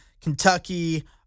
Kentucky